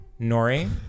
Nori